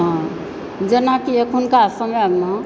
हँ जेनाकि अखुनका समयमऽ